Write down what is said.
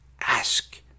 ask